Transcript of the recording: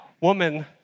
woman